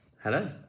hello